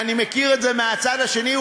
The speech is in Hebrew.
אני מכיר את זה מהצד השני,